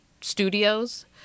studios